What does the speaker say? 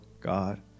God